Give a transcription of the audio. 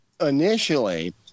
initially